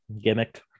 gimmick